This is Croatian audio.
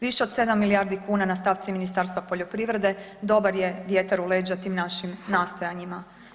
Više od 7 milijardi kuna na stavci Ministarstva poljoprivrede dobar je vjetar u leđa tim našim nastojanjima.